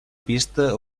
pista